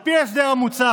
על פי ההסדר המוצע,